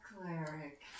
cleric